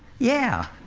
yeah!